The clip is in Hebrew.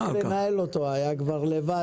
רק לנהל אותו היה אתגר.